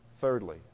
Thirdly